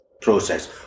process